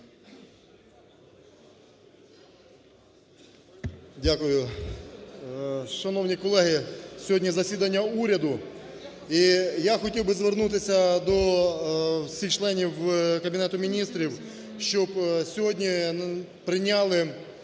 Дякую. Шановні колеги! Сьогодні засідання уряду і я хотів би звернутися до всіх членів Кабінету Міністрів, щоб сьогодні прийняли